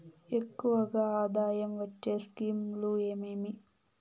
ఎక్కువగా ఆదాయం వచ్చే స్కీమ్ లు ఏమేమీ?